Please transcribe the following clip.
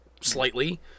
slightly